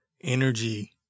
energy